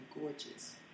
gorgeous